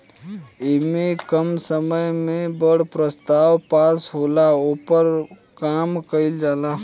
ऐमे कम समय मे बड़ प्रस्ताव पास होला, ओपर काम कइल जाला